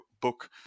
book